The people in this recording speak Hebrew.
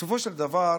בסופו של דבר,